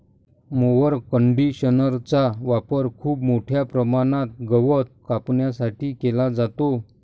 mower कंडिशनरचा वापर खूप मोठ्या प्रमाणात गवत कापण्यासाठी केला जातो